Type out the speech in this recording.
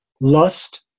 lust